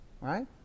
Right